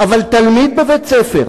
אבל תלמיד בבית-ספר,